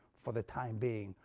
for the time being,